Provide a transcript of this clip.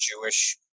Jewish